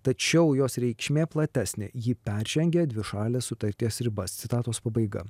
tačiau jos reikšmė platesnė ji peržengia dvišalės sutarties ribas citatos pabaiga